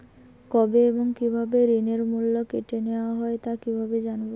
কবে এবং কিভাবে ঋণের মূল্য কেটে নেওয়া হয় তা কিভাবে জানবো?